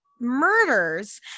murders